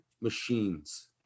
machines